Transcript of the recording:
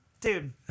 Dude